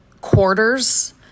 quarters